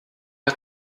der